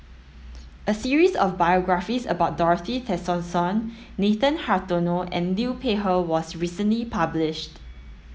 a series of biographies about Dorothy Tessensohn Nathan Hartono and Liu Peihe was recently published